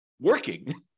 working